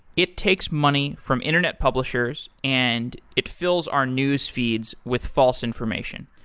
it takes money from internet publishers and it fills our newsfeeds with false information.